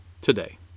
today